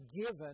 given